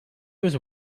was